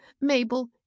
mabel